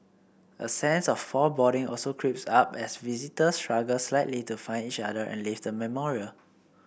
a sense of foreboding also creeps up as visitors struggle slightly to find each other and leave the memorial